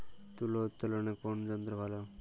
তুলা উত্তোলনে কোন যন্ত্র ভালো?